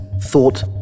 thought